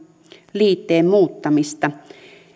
liitteen muuttamista